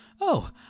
Oh